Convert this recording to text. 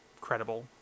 credible